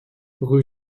rue